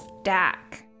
stack